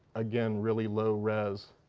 again, really low res.